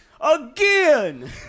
Again